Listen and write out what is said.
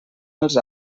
els